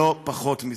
לא פחות מזה.